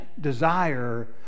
desire